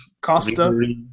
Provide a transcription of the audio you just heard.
Costa